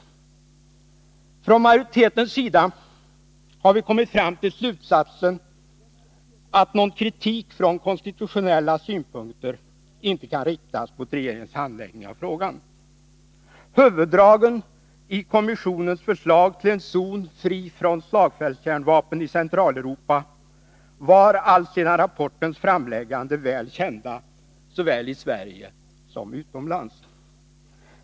Från majoritetens sida har vi kommit fram till slutsatsen att någon kritik från konstitutionella synpunkter inte kan riktas mot regeringens handläggning av frågan. Huvuddragen i kommissionens förslag till en zon fri från slagfältskärnvapen i Centraleuropa var alltsedan rapportens framläggande väl kända såväl i Sverige som utomlands.